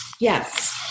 Yes